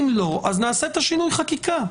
אם לא, נעשה את שינוי החקיקה.